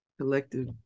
collective